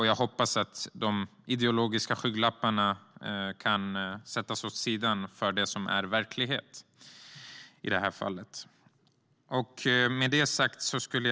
Jag hoppas att de ideologiska skygglapparna kan sättas åt sidan för det som är verklighet i det här fallet.